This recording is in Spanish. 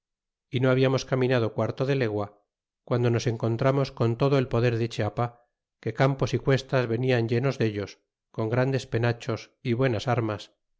y no hablamos caminado quarto de legua quando nos encontramos con todo el poder de chiapa que campos y cuestas venian llenos dellos con grandes penachos y buenas armas